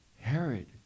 Herod